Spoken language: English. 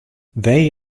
they